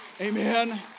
Amen